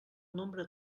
nombre